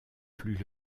plus